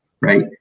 right